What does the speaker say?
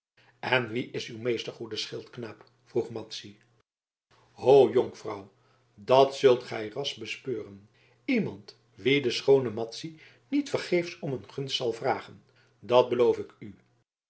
en wie is uw meester goede schildknaap vroeg madzy ho jonkvrouw dat zult gij ras bespeuren iemand wien de schoone madzy niet vergeefs om een gunst zal vragen dat beloof ik u